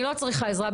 אני לא צריכה עזרה.